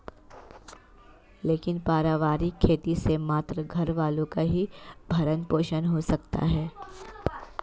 लेकिन पारिवारिक खेती से मात्र घरवालों का ही भरण पोषण हो सकता है